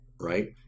right